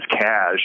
cash